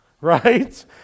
Right